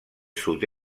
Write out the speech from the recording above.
sud